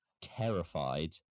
terrified